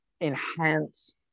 enhance